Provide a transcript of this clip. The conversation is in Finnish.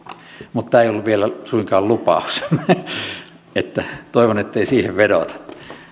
mutta tämä ei ollut vielä suinkaan lupaus joten toivon ettei siihen vedota